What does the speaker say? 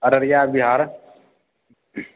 Araria Bihar